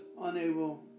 unable